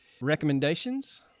recommendations